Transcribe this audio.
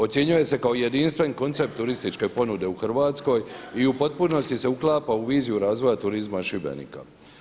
Ocjenjuje se kao jedinstven koncept turističke ponude u Hrvatskoj i u potpunosti se uklapa u viziju razvoja turizma Šibenika.